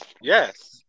yes